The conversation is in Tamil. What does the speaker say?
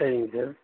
சரிங்க சார்